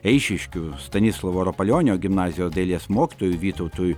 eišiškių stanislovo rapalionio gimnazijos dailės mokytojui vytautui